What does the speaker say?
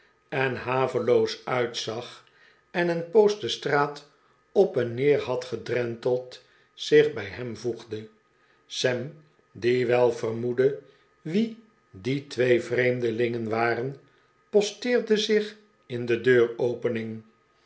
en haveloos uitzag en een poos de st'raat op en neer had gedrenteld zich bij hem voegde sam die wel vermoedde wie die twee vreemdelingen waren posteerde zich in de